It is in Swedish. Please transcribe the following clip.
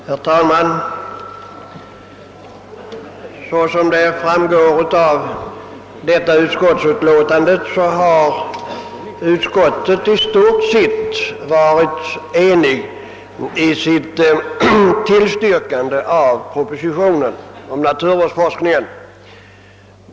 Herr talman! Som framgår av jordbruksutskottets utlåtande nr 19 har utskottet i stort sett varit enigt i sitt tillstyrkande av propositionen om naturvårdsforskningen.